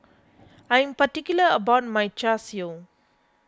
I am particular about my Char Siu